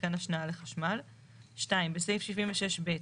מיתקן השנאה לחשמל"; בסעיף 76ב,